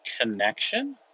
connection